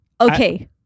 Okay